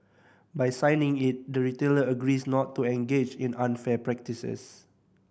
by signing it the retailer agrees not to engage in unfair practices